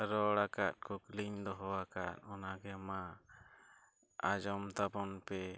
ᱨᱚᱲ ᱟᱠᱟᱫ ᱠᱩᱠᱤᱞᱤᱧ ᱫᱚᱦᱚ ᱟᱠᱟᱫ ᱚᱱᱟᱜᱮ ᱢᱟ ᱟᱸᱡᱚᱢ ᱛᱟᱵᱚᱱ ᱯᱮ